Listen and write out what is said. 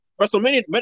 WrestleMania